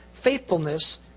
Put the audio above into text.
faithfulness